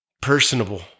personable